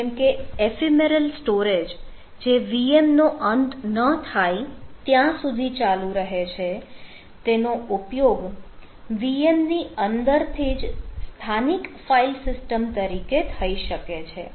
જેમકે ephemeral storage જે VM નો અંત ન થાય ત્યાં સુધી ચાલુ રહે છે તેનો ઉપયોગ VM ની અંદરથી જ સ્થાનિય ફાઇલ સિસ્ટમ તરીકે થઈ શકે છે